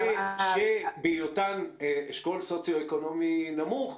בהיותן אשכול סוציו אקונומי נמוך,